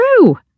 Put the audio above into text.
true